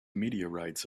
meteorites